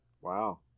wow